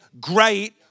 great